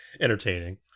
entertaining